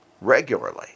regularly